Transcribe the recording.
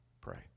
pray